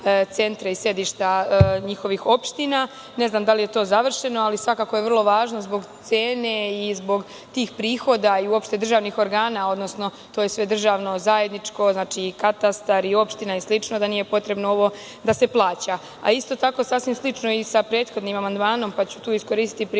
i sedišta njihovih opština. Ne znam da li je to završeno, ali svakako je vrlo važno zbog cene i zbog tih prihoda i uopšte državnih organa, odnosno to je sve državno, zajedničko, znači katastar i opština i slično, da nije potrebno ovo da se plaća. Isto tako, sasvim je slično i sa prethodnim amandmanom, pa ću tu iskoristiti priliku